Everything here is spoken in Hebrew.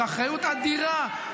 תוכניות חומש לצמצום פערים,